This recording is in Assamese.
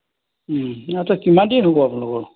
নাই তাত কিমান দিন হ'ব আপোনালোকৰ